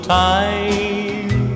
time